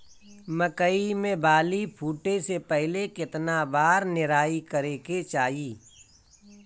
मकई मे बाली फूटे से पहिले केतना बार निराई करे के चाही?